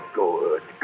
good